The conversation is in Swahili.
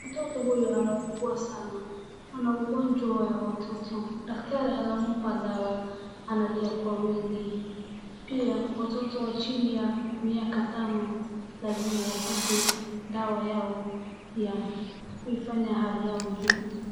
mtoto huyu anaugua sana , anaugua ugonjwa ya watoto daktari anampa dawa analia kwa wingi pia watoto wa chini wa miaka tano lazima waipate dawa yao ya kuifanya hali yao iwe juu